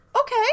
okay